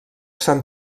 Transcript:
s’han